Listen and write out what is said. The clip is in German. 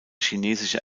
chinesische